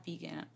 vegan